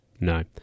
No